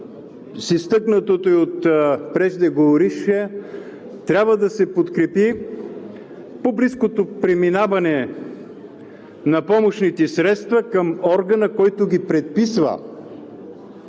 с изтъкнатото и от преждеговорившия, трябва да се подкрепи по-близкото преминаване на помощните средства към органа, който ги предписва.